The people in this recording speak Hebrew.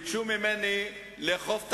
מי סובל מזה